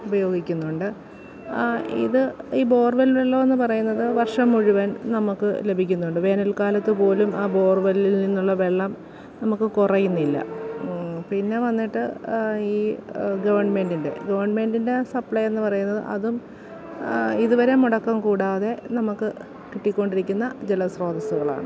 ഉപയോഗിക്കുന്നുണ്ട് ഇത് ഈ ബോർ വെൽ വെള്ളമെന്ന് പറയുന്നത് വർഷം മുഴുവൻ നമുക്ക് ലഭിക്കുന്നുണ്ട് വേനൽ കാലത്തു പോലും ആ ബോർ വെല്ലിൽ നിന്നുള്ള വെള്ളം നമുക്ക് കുറയുന്നില്ല പിന്നെ വന്നിട്ട് ഈ ഗവണ്മെൻ്റിൻ്റെ ഗവണ്മെൻ്റിൻ്റെ സപ്ലൈ എന്ന് പറയുന്നത് അതും ഇതുവരെ മുടക്കം കൂടാതെ നമുക്ക് കിട്ടിക്കൊണ്ടിരിക്കുന്ന ജല സ്രോതസുകളാണ്